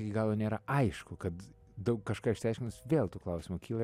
iki galo nėra aišku kad daug kažką išsiaiškinus vėl tų klausimų kyla